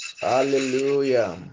Hallelujah